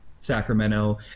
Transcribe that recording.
Sacramento